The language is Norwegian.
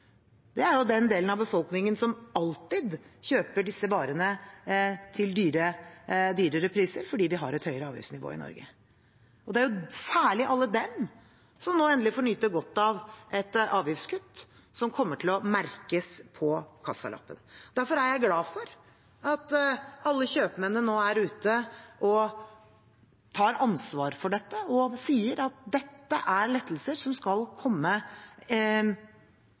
Det er den delen av befolkningen som alltid kjøper disse varene til høyere priser fordi vi har et høyere avgiftsnivå i Norge. Det er særlig alle de som nå endelig får nyte godt av et avgiftskutt, som kommer til å merkes på kassalappen. Derfor er jeg glad for at alle kjøpmennene nå går ut og tar ansvar for dette og sier at dette er lettelser som skal komme